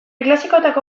klasikoetako